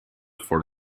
for